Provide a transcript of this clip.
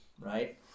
right